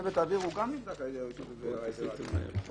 לצוות האוויר הוא גם נקבע --- תעשי את זה מהר.